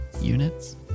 units